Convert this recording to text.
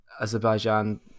Azerbaijan